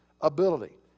ability